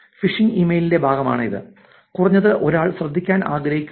phishing ഇമെയിലിന്റെ ഭാഗമാണ് ഇത് കുറഞ്ഞത് ഒരാൾ ശ്രദ്ധിക്കാൻ ആഗ്രഹിക്കുന്നു